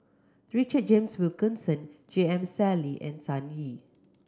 Richard James Wilkinson J M Sali and Sun Yee